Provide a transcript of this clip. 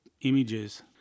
images